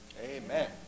Amen